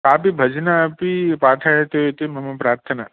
कापि भजना अपि पाठयतीति मम प्रार्थना